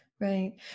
Right